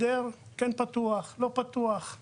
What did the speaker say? ולא שינה אם פתוח או סגור,